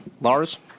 Lars